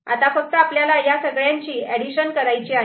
आता फक्त आपल्याला या सगळ्यांची ऍडडिशन करायची आहे